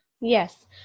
Yes